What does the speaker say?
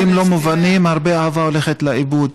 הוא אומר: בדברים לא מובנים הרבה אהבה הולכת לאיבוד.